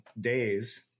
days